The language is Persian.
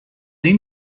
این